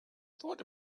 thought